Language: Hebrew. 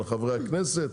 על חברי הכנסת,